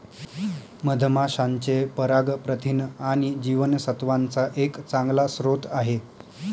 मधमाशांचे पराग प्रथिन आणि जीवनसत्त्वांचा एक चांगला स्रोत आहे